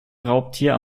raubtier